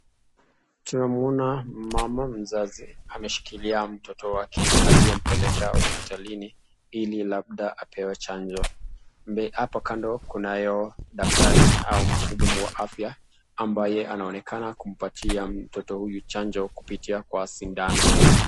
Tunamwona mama mzazi ameshikilia mtoto wake aliyempeleka hospitalini ili labda apewe chanjo. Mbele hapa kando kunayo daktari au mhudumu wa afya ambaye anaonekana kumpatia mtoto huyu chanjo kupitia kwa sindano.